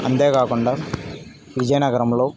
అంతే కాకుండా విజయనగరంలో